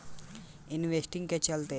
investing के चलते आर्थिक नुकसान होला